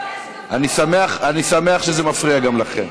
אני שמח שזה מפריע גם לכם.